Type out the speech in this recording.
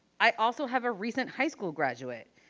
i also have a recent high school graduate.